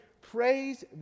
praise